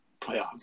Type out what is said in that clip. playoff